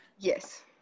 Yes